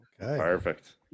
Perfect